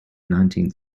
nineteenth